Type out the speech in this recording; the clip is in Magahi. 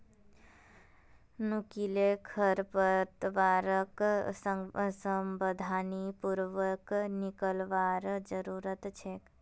नुकीले खरपतवारक सावधानी पूर्वक निकलवार जरूरत छेक